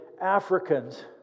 Africans